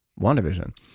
WandaVision